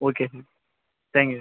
okay sir thank you sir